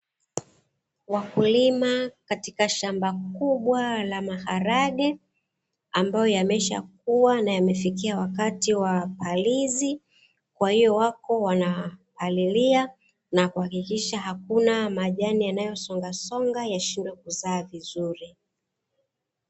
Wakulima katika shamba kubwa la maharage, ambayo yameshakuwa na yamefikia wakati wa palizi, kwahiyo wako wanapalilia na kuhakikisha hakuna majani yanayosongasonga yashindwe kuzaa vizuri.